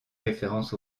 référence